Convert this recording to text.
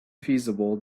feasible